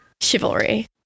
chivalry